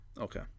Okay